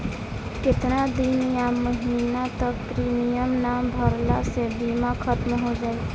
केतना दिन या महीना तक प्रीमियम ना भरला से बीमा ख़तम हो जायी?